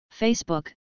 Facebook